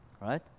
right